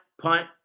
punt